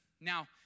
Now